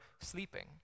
sleeping